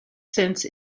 since